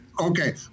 okay